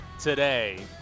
today